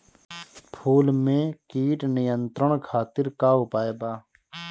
फूल में कीट नियंत्रण खातिर का उपाय बा?